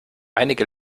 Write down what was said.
einige